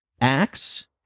Acts